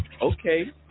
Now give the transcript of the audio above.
Okay